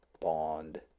Bond